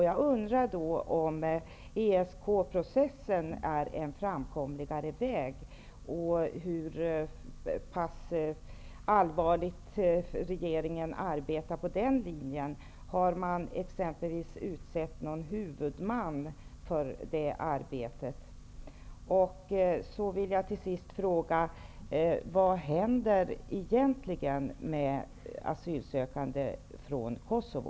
Jag undrar om ESK-processen är en framkomligare väg och hur pass allvarligt regeringen arbetar på den linjen. Har man exempelvis utsett någon huvudman för det arbetet? Till sist vill jag fråga: Vad händer egentligen med asylsökande från Kosovo?